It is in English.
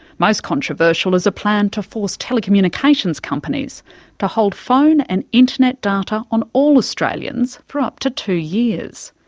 most controversial is a plan to force telecommunications companies to hold phone and internet data on all australians for up to two years.